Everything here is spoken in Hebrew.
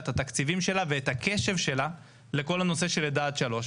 את התקציבים שלה ואת הקשב שלה לכל הנושא של לידה-3.